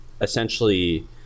essentially